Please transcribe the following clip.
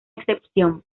excepción